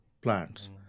plants